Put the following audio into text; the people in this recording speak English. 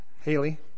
Haley